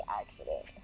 accident